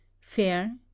fair